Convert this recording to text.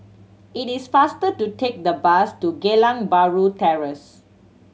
it is faster to take the bus to Geylang Bahru Terrace